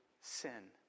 sin